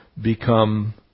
become